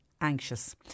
anxious